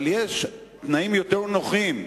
אבל יש תנאים יותר נוחים.